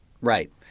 Right